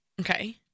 okay